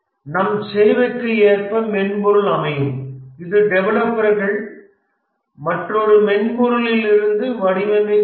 நம் சேவைக்கு ஏற்ப மென்பொருள் அமையும் இது டெவலப்பர் மற்றொரு மென்பொருளிலிருந்து வடிவமைக்கவும் செய்யலாம்